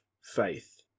faith